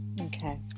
Okay